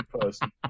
person